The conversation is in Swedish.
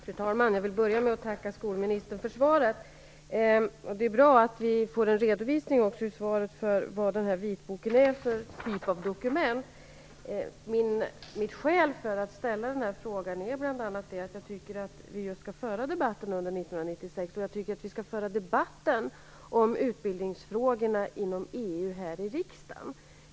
Fru talman! Jag vill börja med att tacka skolministern för svaret. Det är bra att vi får en redovisning i svaret för vad vitboken är för ett slags dokument. Mtt skäl för att ställa frågan är bl.a. att jag tycker att vi skall föra debatten under 1996, och jag tycker vi skall föra debatten om utbildningsfrågorna inom EU här i riksdagen.